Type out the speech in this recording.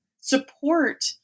support